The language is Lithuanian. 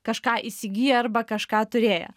kažką įsigiję arba kažką turėję